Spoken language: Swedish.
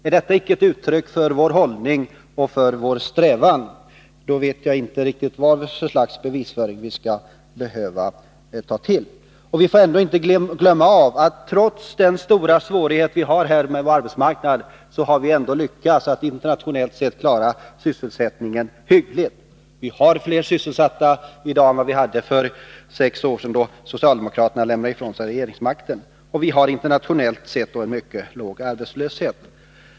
Är detta icke ett uttryck för vår hållning och för vår strävan, så vet jag inte riktigt vad för slags bevisföring vi skall behöva ta till. Vi får inte glömma att vi, trots den svårighet vi har med vår arbetsmarknad, internationellt sett har lyckats att klara sysselsättningen hyggligt. Vi har fler sysselsatta i dag än vi hade för sex år sedan, då socialdemokraterna lämnade ifrån sig regeringsmakten. Vi har internationellt sett mycket låg arbetslöshet.